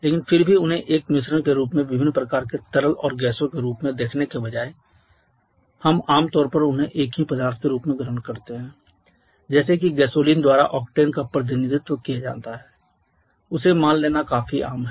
लेकिन फिर भी उन्हें एक मिश्रण के रूप में विभिन्न प्रकार के तरल और गैसों के रूप में देखने के बजाय हम आम तौर पर उन्हें एक ही पदार्थ के रूप में ग्रहण करते हैं जैसे कि गैसोलीन द्वारा ओक्टेन का प्रतिनिधित्व किया जाना उसे मान लेना काफी आम है